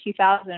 2000